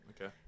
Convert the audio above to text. okay